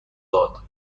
داد